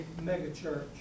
megachurch